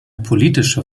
politische